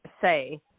say